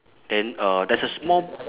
then uh there's a small